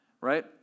Right